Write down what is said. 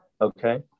okay